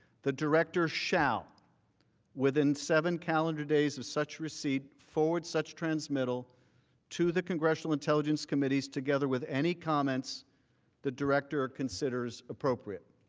the director shall within seven calendar days of such receipt forward such transmittal to the congressional intelligence committee's together with any comments the director considers appropriate.